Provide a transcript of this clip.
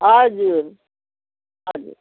हजुर हजुर